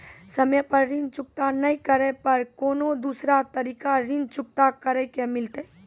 समय पर ऋण चुकता नै करे पर कोनो दूसरा तरीका ऋण चुकता करे के मिलतै?